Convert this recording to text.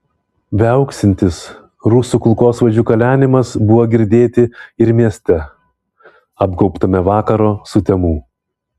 viauksintis rusų kulkosvaidžių kalenimas buvo girdėti ir mieste apgaubtame vakaro sutemų